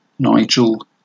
Nigel